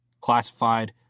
classified